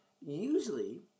Usually